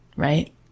right